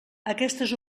aquestes